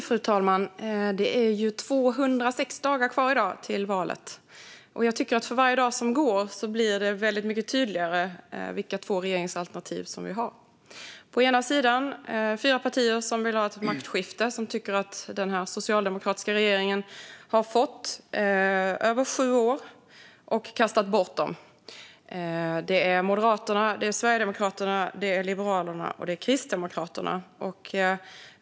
Fru talman! Det är i dag 206 dagar kvar till valet. För varje dag som går blir det väldigt mycket tydligare vilka två regeringsalternativ vi har. På ena sidan finns fyra partier som vill ha ett maktskifte och som tycker att den här socialdemokratiska regeringen har fått över sju år och kastat bort dem. Det är Moderaterna, Sverigedemokraterna, Liberalerna och Kristdemokraterna.